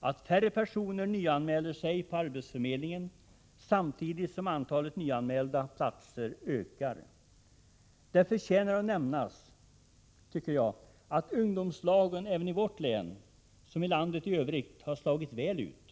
att färre personer nyanmäler sig på arbetsförmedlingen, samtidigt som antalet nyanmälda platser ökar. Jag tycker att det förtjänar att nämnas att ungdomslagen såväl i vårt län som i landet i övrigt har slagit väl ut.